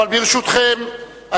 ברשותכם,